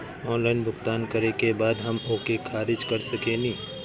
Online भुगतान करे के बाद हम ओके खारिज कर सकेनि?